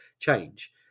change